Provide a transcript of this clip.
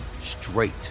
straight